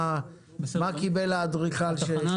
מה קיבל האדריכל שתכנן את --- בתחנה